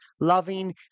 loving